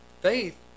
faith